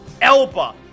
Elba